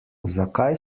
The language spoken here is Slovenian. zakaj